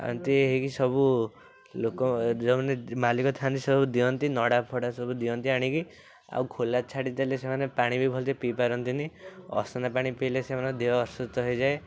ଆଉ ଏମିତି ହେଇକି ସବୁ ଲୋକ ଯେଉଁମାନେ ମାଲିକ ଥାଆନ୍ତି ସବୁ ଦିଅନ୍ତି ନଡ଼ା ଫଡ଼ା ସବୁ ଦିଅନ୍ତି ଆଣିକି ଆଉ ଖୋଲା ଛାଡ଼ିଦେଲେ ସେମାନେ ପାଣି ବି ଭଲସେ ପିଇ ପାରନ୍ତିନି ଅସନା ପାଣି ପିଇଲେ ସେମାନଙ୍କ ଦେହ ଅସୁସ୍ଥ ହେଇଯାଏ